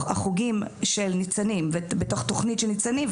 החוגים של ניצנים ובתוך תוכנית של ניצנים.